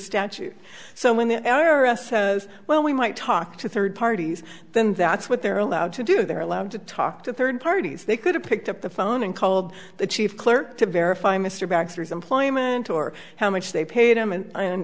statute so when the well we might talk to third parties then that's what they're allowed to do they're allowed to talk to third parties they could have picked up the phone and called the chief clerk to verify mr baxter's employment or how much they paid him and